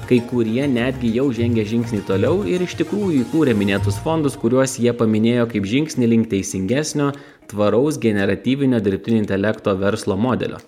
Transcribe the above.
kai kurie netgi jau žengė žingsnį toliau ir iš tikrųjų įkūrė minėtus fondus kuriuos jie paminėjo kaip žingsnį link teisingesnio tvaraus generatyvinio dirbtinio intelekto verslo modelio